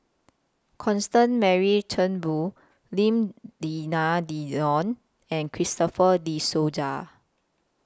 Constance Mary Turnbull Lim Denan Denon and Christopher De Souza